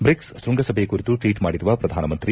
BRICS ಶೃಂಗಸಭೆ ಕುರಿತು tweet ಮಾಡಿರುವ ಪ್ರಧಾನ ಮಂತ್ರಿ